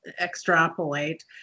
extrapolate